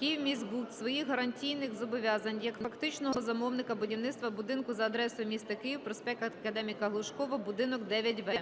"Київміськбуд" своїх гарантійних зобов'язань, як фактичного замовника будівництва будинку за адресою м. Київ, просп. Академіка Глушкова, буд. 9-В.